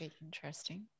Interesting